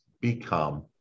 become